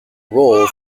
role